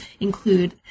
include